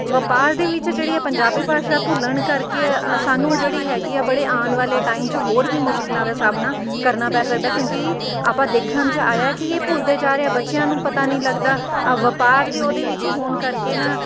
ਵਪਾਰ ਦੇ ਵਿੱਚ ਜਿਹੜੀ ਏ ਪੰਜਾਬੀ ਭਾਸ਼ਾ ਭੁੱਲਣ ਕਰਕੇ ਸਾਨੂੰ ਜਿਹੜੀ ਹੈਗੀ ਆ ਬੜੇ ਆਉਣ ਵਾਲੇ ਟਾਈਮ 'ਚ ਹੋਰ ਵੀ ਮੁਸ਼ਕਿਲਾਂ ਦਾ ਸਾਹਮਣਾ ਕਰਨਾ ਪੈ ਸਕਦਾ ਕਿਉਂਕਿ ਆਪਾਂ ਦੇਖਣ 'ਚ ਆਇਆ ਕਿ ਇਹ ਭੁੱਲਦੇ ਜਾ ਰਹੇ ਆ ਬੱਚਿਆਂ ਨੂੰ ਪਤਾ ਨਹੀਂ ਲੱਗਦਾ ਵਪਾਰ ਦੀ ਉਹਦੇ ਵਿੱਚ ਹੋਣ ਕਰਕੇ ਨਾ